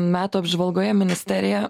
metų apžvalgoje ministerija